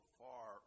far